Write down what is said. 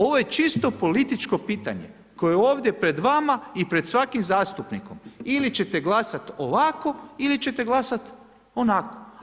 Ovo je čisto političko pitanje koje ovdje pred vama i pred svakim zastupnikom, ili ćete glasat ovako ili ćete glasat onako.